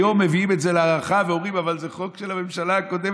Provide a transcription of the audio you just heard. היום מביאים את זה להארכה ואומרים: אבל זה חוק של הממשלה הקודמת.